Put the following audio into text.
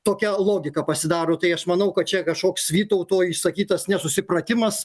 tokia logika pasidaro tai aš manau kad čia kažkoks vytauto išsakytas nesusipratimas